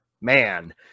man